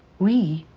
we